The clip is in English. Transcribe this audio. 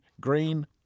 Green